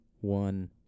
one